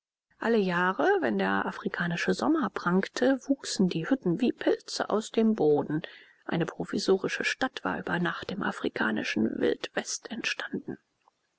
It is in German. alle jahre wenn der afrikanische sommer prangte wuchsen die hütten wie pilze aus dem boden und eine provisorische stadt war über nacht im afrikanischen wildwest entstanden